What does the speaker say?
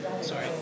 Sorry